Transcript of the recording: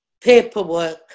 paperwork